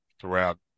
throughout